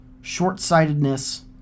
short-sightedness